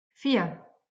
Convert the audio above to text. vier